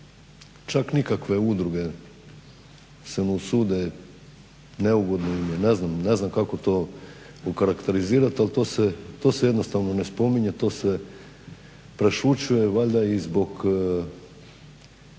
čak nikakve udruge se ne usude, neugodno mu je, ne znam kako to okarakterizirati ali to se jednostavno ne spominje. To se prešućuje valjda i zbog